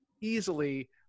easily